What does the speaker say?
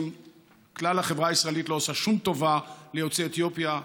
כלל החברה הישראלית לא עושה שום טובה ליוצאי אתיופיה,